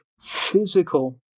physical